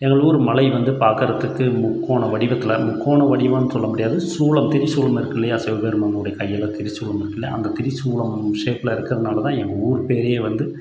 எங்கள் ஊர் மலை வந்து பார்க்குறதுக்கு முக்கோண வடிவத்தில் முக்கோண வடிவம்ன்னு சொல்ல முடியாது சூலம் திரிசூலமிருக்குது இல்லையா சிவபெருமானோட கையில் திரிசூலம் இருக்குதுல அந்த திரிசூலம் ஷேப்பில் இருக்கிறதுனாலதான் எங்கள் ஊர் பேரே வந்து